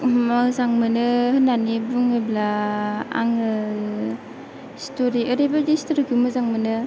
मोजां मोनो होन्नानै बुङोब्ला आङो स्थ'रि ओरैबायदि स्थ'रिखौ मोजां मोनो